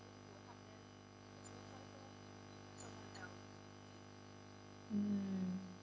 mm